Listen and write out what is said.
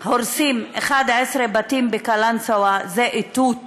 הורסים 11 בתים בקלנסואה, זה איתות